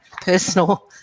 personal